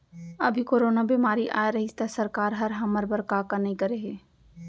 अभी कोरोना बेमारी अए रहिस त सरकार हर हमर बर का का नइ करे हे